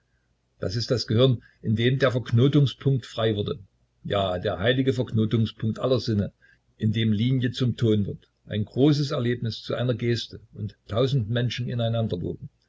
das ist das gehirn in dem der verknotungspunkt frei wurde ja der heilige verknotungspunkt aller sinne in dem linie zum ton wird ein großes erlebnis zu einer geste und tausend menschen